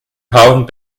haben